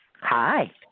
Hi